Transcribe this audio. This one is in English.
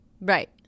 Right